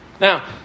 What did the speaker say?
Now